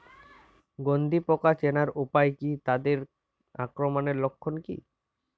গন্ধি পোকা চেনার উপায় কী তাদের আক্রমণের লক্ষণ কী?